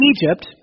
Egypt